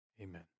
Amen